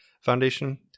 Foundation